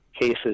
cases